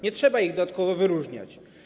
Nie trzeba ich dodatkowo wyróżniać.